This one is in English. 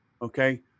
Okay